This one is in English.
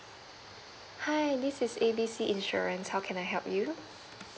hi this is A B C insurance how can I help you